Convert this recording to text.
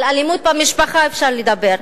על אלימות במשפחה, אפשר לדבר,